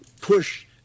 push